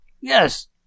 yes